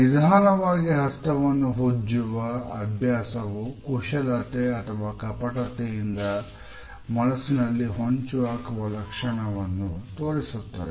ನಿಧಾನವಾಗಿ ಹಸ್ತವನ್ನು ಉಜ್ಜುವ ಅಭ್ಯಾಸವು ಕುಶಲತೆ ಅಥವಾ ಕಪಟತೆಯಿಂದ ಮನಸಿನಲ್ಲಿ ಹೊಂಚುಹಾಕುವ ಲಕ್ಷಣವನ್ನು ತೋರಿಸುತ್ತದೆ